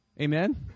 Amen